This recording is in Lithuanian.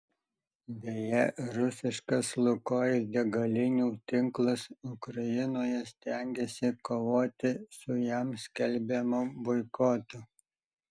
beje rusiškas lukoil degalinių tinklas ukrainoje stengiasi kovoti su jam skelbiamu boikotu